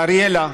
לאריאלה,